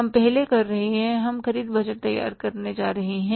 हम पहले कर रहे हैं हम ख़रीद बजट तैयार करने जा रहे हैं